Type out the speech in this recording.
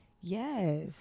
Yes